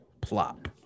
Plop